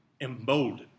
emboldened